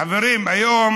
חברים, היום